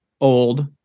old